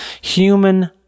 human